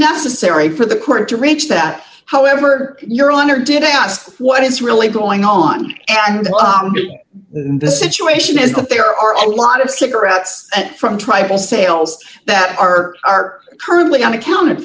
necessary for the court to reach that however your honor did i ask what is really going on and the situation is that there are a lot of cigarettes from tribal sales that are currently unaccounted